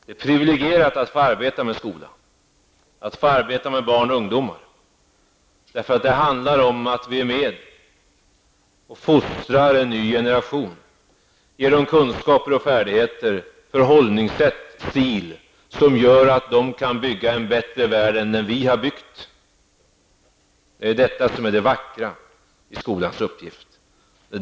Man är priviligerad när man får arbeta med skolan och med barn och ungdom. Det handlar om att vi är med och fostrar en ny generation, ger den kunskaper, färdigheter, förhållningssätt och stil som gör att den kan bygga en bättre värld än den vi har byggt. Det är detta som är det vackra i skolans uppgift.